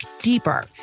deeper